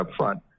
upfront